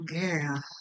Girl